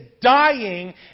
dying